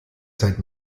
seid